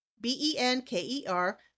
B-E-N-K-E-R